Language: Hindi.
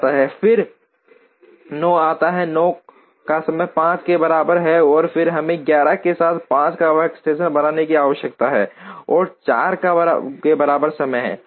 फिर 9 आता है 9 का समय 5 के बराबर है और फिर हमें 11 के साथ 5 वां वर्कस्टेशन बनाने की आवश्यकता है और 4 के बराबर समय है